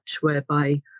whereby